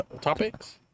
topics